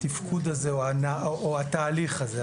התהליך הזה.